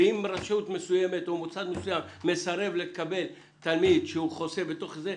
ואם רשות מסוימת או מוסד מסוים מסרב לקבל תלמיד שהוא חוסה בתוך זה,